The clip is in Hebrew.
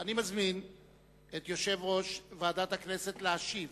אני מזמין את יושב-ראש ועדת הכנסת להשיב